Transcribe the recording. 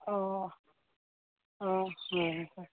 অঁ অঁ হয়